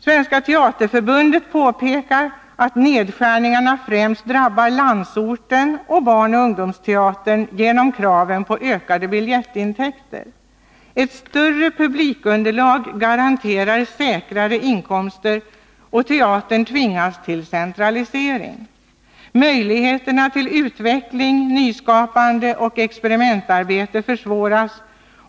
Svenska teaterförbundet påpekar att nedskärningarna främst drabbar landsorten och barnoch ungdomsteatern genom kraven på ökade biljettintäkter. Ett större publikunderlag garanterar säkrare inkomster och teatern tvingas till centralisering. Möjligheterna till utveckling, nyskapande och experimentarbete försvåras.